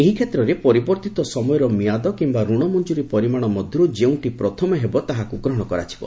ଏହି କ୍ଷେତ୍ରରେ ପରିବର୍ଦ୍ଧିତ ସମୟର ମିଆଦ କିି୍ୟା ଋଣ ମଞ୍ଜୁରୀ ପରିମାଣ ମଧ୍ୟରୁ ଯେଉଁଟି ପ୍ରଥମେ ହେବ ତାହାକୁ ଗ୍ରହଣ କରାଯିବ